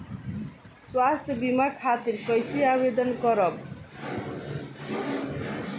स्वास्थ्य बीमा खातिर कईसे आवेदन करम?